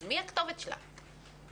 אז מי הכתובת שלנו?